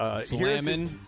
Slamming